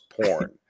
porn